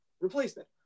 replacement